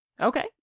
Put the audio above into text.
Okay